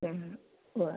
പോവാം